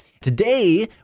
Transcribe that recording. Today